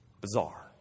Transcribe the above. Bizarre